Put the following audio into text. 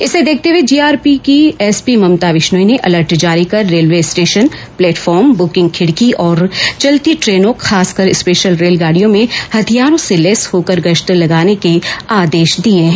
इसे देखते हुए जीआरपी की एसपी ममता बिश्नोई ने अलर्ट जारी कर रेलवे स्टेशन प्लेटफॉर्म बुकिंग खिड़की और चलती ट्रेनों खासकर स्पेशल रेल गाड़ियों में हथियारों से लैस होकर गश्त लगाने के आदेश दिए हैं